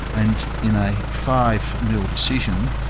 and in a five-nil decision,